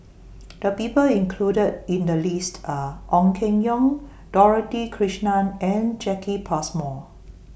The People included in The list Are Ong Keng Yong Dorothy Krishnan and Jacki Passmore